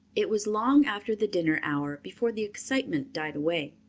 it was long after the dinner hour before the excitement died away.